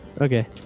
okay